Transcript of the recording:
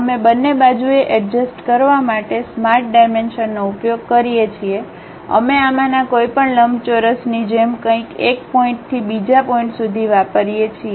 અમે બંને બાજુએ અડજસ્ત કરવા માટે સ્માર્ટ ડાઇમેંશનનો ઉપયોગ કરીએ છીએ અમે આમાંના કોઈપણ લંબચોરસની જેમ કંઈક એક પોઇન્ટથી બીજા પોઇન્ટ સુધી વાપરીએ છીએ